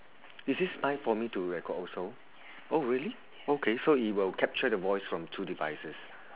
is this mic for me to record also oh really okay so it will capture the voice from two devices